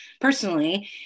personally